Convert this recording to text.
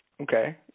Okay